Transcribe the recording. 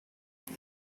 that